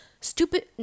Stupid